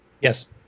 Yes